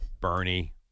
Bernie